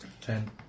Ten